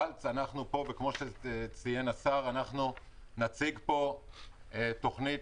כמו שציין השר, אנחנו נציג פה תכנית.